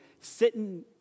sitting